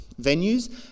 venues